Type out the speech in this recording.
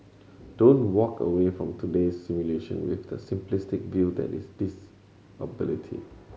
don't walk away from today's simulation with the simplistic view that is disability